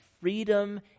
freedom